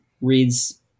reads